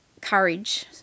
courage